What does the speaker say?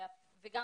וגם